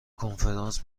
کنفرانس